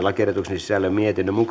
lakiehdotuksen sisällöstä